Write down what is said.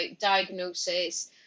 diagnosis